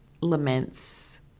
laments